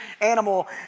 animal